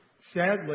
Sadly